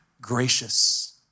gracious